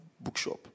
bookshop